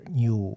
new